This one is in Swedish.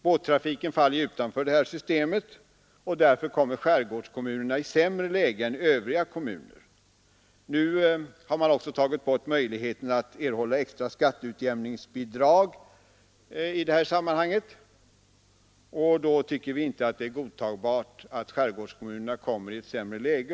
Båttrafiken faller utanför det här systemet, och därför kommer skärgårdskommunerna i sämre läge än övriga kommuner. Nu har man också tagit bort möjligheten att erhålla extra skatteutjämningsbidrag i det här sammanhanget, och då tycker vi inte att det är godtagbart att skärgårdskommunerna kommer i ett sämre läge.